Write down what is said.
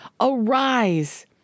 arise